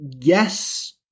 yes